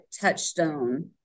touchstone